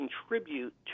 contribute